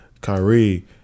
Kyrie